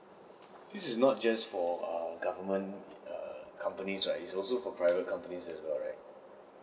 this is not just for err government err companies right it is also for private companies as well right